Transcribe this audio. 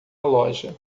loja